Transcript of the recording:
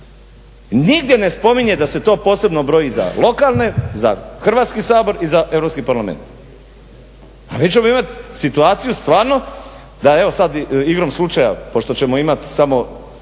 Nigdje ne spominje da se to posebno broji za lokalne, za Hrvatski sabor i za Europski parlament. Pa nećemo imati situaciju stvarno da evo sad igrom slučaja pošto ćemo imati samo